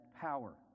power